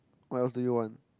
what else do you want